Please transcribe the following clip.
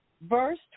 Verse